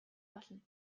болно